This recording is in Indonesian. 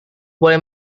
boleh